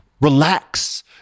relax